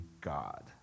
God